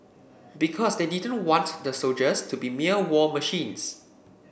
because they didn't want the soldiers to be mere war machines